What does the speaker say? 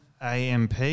AMP